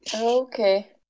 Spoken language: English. Okay